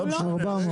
הוא יבקש מחיר כפול,